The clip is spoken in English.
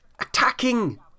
attacking